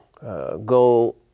go